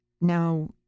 Now